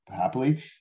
happily